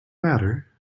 matter